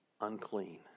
unclean